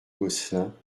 gosselin